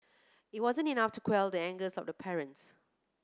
it wasn't enough to quell the anger of the parents